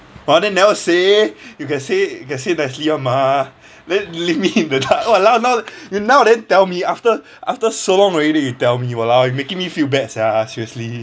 but then never say you can say you can say nicely [one] mah then leave me in the dark !walao! now you now then tell me after after so long already then you tell me !walao! making me feel bad sia seriously